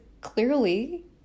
clearly